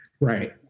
Right